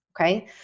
okay